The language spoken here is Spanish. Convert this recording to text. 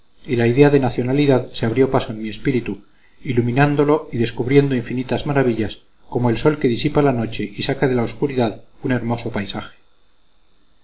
y la idea de nacionalidad se abrió paso en mi espíritu iluminándolo y descubriendo infinitas maravillas como el sol que disipa la noche y saca de la obscuridad un hermoso paisaje